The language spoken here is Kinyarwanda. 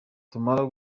tumara